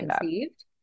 conceived